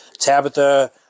Tabitha